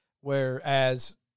whereas